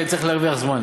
כי אני צריך להרוויח זמן.